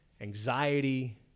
anxiety